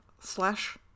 slash